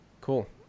cool